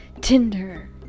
Tinder